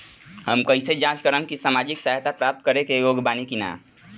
हम कइसे जांच करब कि सामाजिक सहायता प्राप्त करे के योग्य बानी की नाहीं?